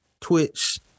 Twitch